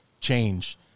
change